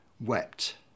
wept